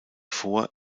vor